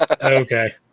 Okay